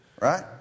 Right